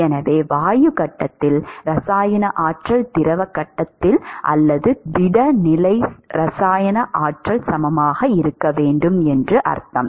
எனவே வாயு கட்டத்தில் இரசாயன ஆற்றல் திரவ கட்டத்தில் அல்லது திட நிலை இரசாயன ஆற்றல் சமமாக இருக்க வேண்டும் என்று அர்த்தம்